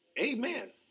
Amen